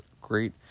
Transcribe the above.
great